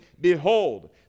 Behold